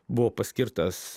buvo paskirtas